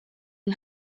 yng